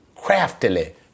Craftily